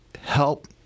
help